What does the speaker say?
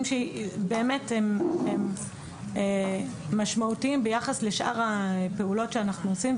שבאמת הם משמעותיים ביחס לשאר הפעולות שאנחנו עושים,